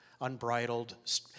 unbridled